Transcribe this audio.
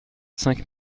cinq